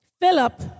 Philip